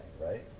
right